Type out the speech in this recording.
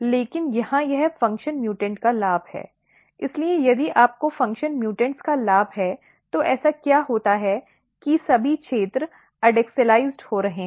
लेकिन यहां यह फंक्शन म्यूटेंट का लाभ है इसलिए यदि आपको फंक्शन म्यूटेंट का लाभ है तो ऐसा क्या होता है कि सभी क्षेत्र एडैक्सियललिजॅड हो रहे हैं